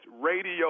radio